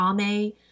Ame